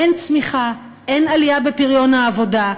אין צמיחה, אין עלייה בפריון העבודה,